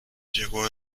llegó